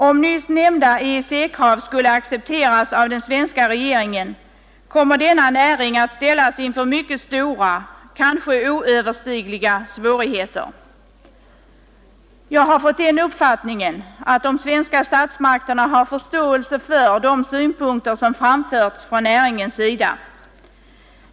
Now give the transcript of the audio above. Om nyss nämnda EEC-krav skulle accepteras av den svenska regeringen, kommer denna näring att ställas inför mycket stora, kanske oöverstigliga svårigheter. Jag har fått den uppfattningen att de svenska statsmakterna har förståelse för de synpunkter som framförts från näringens sida.